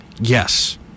Yes